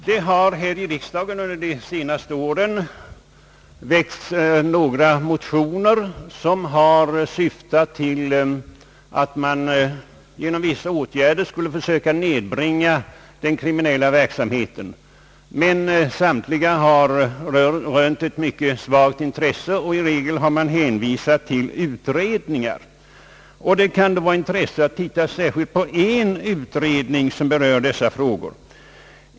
Det har här i riksdagen under de senaste åren väckts några motioner som har syftat till att man genom vissa åtgärder skulle försöka nedbringa den kriminella verksamheten, men samtliga har rönt ett mycket svalt intresse, och i regel har det hänvisats till utredningar. Det kan vara av intresse att titta särskilt på en utredning som berör dessa frågor.